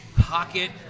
pocket